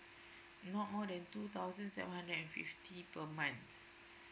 no more than two thousand seven hundred and fifty per month